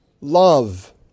love